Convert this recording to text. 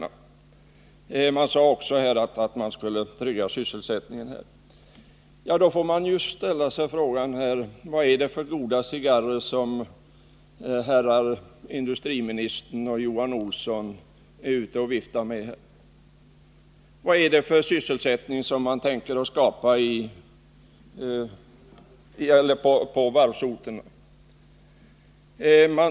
Det hette också att sysselsättningen skall tryggas. Men då får man ställa frågan: Vad är det för goda cigarrer industriministern och Johan Olsson är ute viftar med? Vad är det för sysselsättning som skall skapas på varvsorterna?